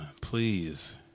please